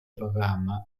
programma